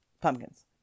pumpkins